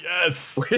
yes